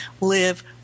live